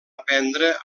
aprendre